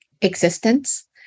existence